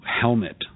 helmet